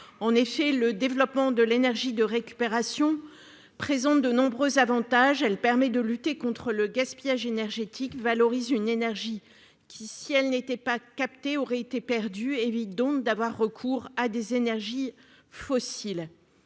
1. Le développement de l'énergie de récupération présente en effet de nombreux avantages : il permet de lutter contre le gaspillage énergétique, de valoriser une énergie qui, si elle n'était pas captée, aurait été perdue, il évite d'avoir recours à des énergies fossiles.